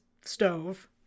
stove